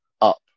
up